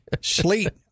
Sleep